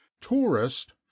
tourist